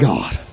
God